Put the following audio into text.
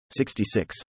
66